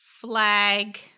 Flag